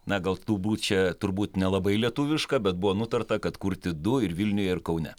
na gal tų būt čia turbūt nelabai lietuviška bet buvo nutarta kad kurti du ir vilniuje ir kaune